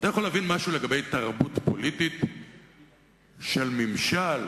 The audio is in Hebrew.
אתה יכול להבין משהו לגבי תרבות פוליטית של ממשל,